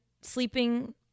sleeping